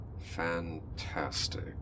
Fantastic